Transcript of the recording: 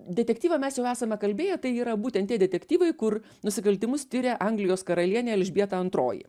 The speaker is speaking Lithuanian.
detektyvą mes jau esame kalbėję tai yra būtent tie detektyvai kur nusikaltimus tiria anglijos karalienė elžbieta antroji